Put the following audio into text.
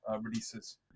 releases